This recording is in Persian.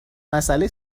مسئله